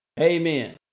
Amen